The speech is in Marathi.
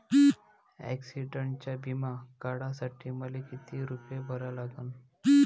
ॲक्सिडंटचा बिमा काढा साठी मले किती रूपे भरा लागन?